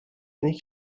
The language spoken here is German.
eine